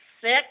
six